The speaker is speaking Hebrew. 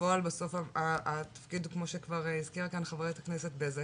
בפועל בסוף התפקיד הוא כמו שכבר הזכירה כאן חברת הכנסת בזק: